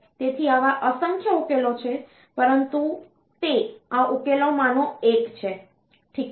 તેથી આવા અસંખ્ય ઉકેલો છે પરંતુ તે આ ઉકેલોમાંનો એક છે ઠીક છે